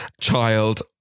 child